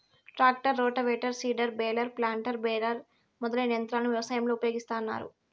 tractor, rotavator, seeder, baler, planter, baler మొదలైన యంత్రాలను వ్యవసాయంలో ఉపయోగిస్తాన్నారు